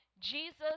Jesus